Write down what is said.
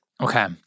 okay